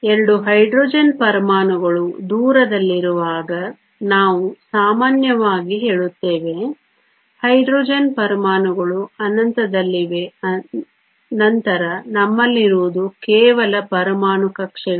2 hydrogen ಪರಮಾಣುಗಳು ದೂರದಲ್ಲಿರುವಾಗ ನಾವು ಸಾಮಾನ್ಯವಾಗಿ ಹೇಳುತ್ತೇವೆ ಹೈಡ್ರೋಜನ್ ಪರಮಾಣುಗಳು ಅನಂತದಲ್ಲಿವೆ ನಂತರ ನಮ್ಮಲ್ಲಿರುವುದು ಕೇವಲ ಪರಮಾಣು ಕಕ್ಷೆಗಳು